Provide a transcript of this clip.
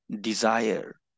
desire